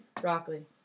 Broccoli